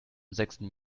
sechsten